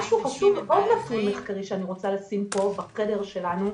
עוד נתון מחקרי שאני רוצה לשים פה בחדר שלנו,